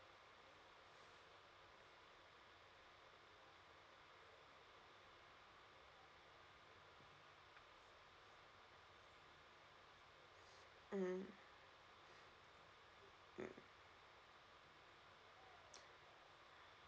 mm mm